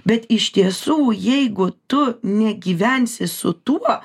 bet iš tiesų jeigu tu negyvensi su tuo